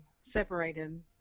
separated